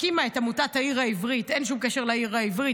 הקימה את עמותת "העיר העברית" אין שום קשר לעיר העברית,